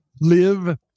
live